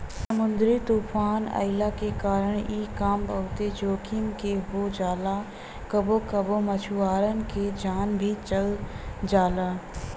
समुंदरी तूफ़ान अइला के कारण इ काम बहुते जोखिम के हो जाला कबो कबो मछुआरन के जान भी चल जाला